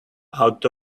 out